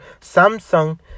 Samsung